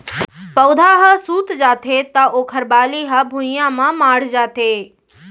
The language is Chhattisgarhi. पउधा ह सूत जाथे त ओखर बाली ह भुइंया म माढ़ जाथे